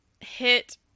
hit